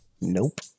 Nope